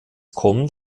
kommt